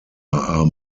are